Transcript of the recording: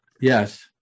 Yes